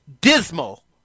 dismal